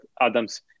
Adams